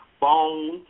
Bone